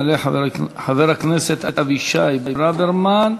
יעלה חבר הכנסת אבישי ברוורמן,